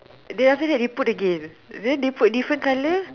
then after that they put again then put different colour